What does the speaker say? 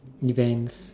events